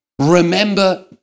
remember